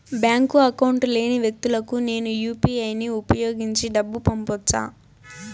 Bank account లేని వ్యక్తులకు నేను యు పి ఐ యు.పి.ఐ ను ఉపయోగించి డబ్బు పంపొచ్చా?